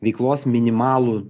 veiklos minimalų